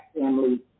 family